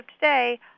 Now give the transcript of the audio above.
today